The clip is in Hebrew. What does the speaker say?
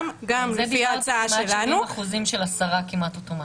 גם לפי ההצעה שלנו --- זה בעקבות כמעט 70% של הסרה כמעט אוטומטית.